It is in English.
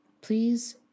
Please